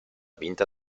vinta